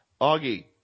Augie